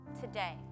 today